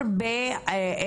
מחסור